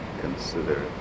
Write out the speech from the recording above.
consider